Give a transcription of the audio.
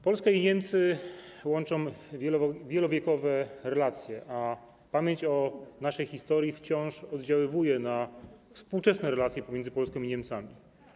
Polskę i Niemcy łączą wielowiekowe relacje, a pamięć o naszej historii wciąż oddziałuje na współczesne relacje pomiędzy Polską i Niemcami.